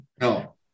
No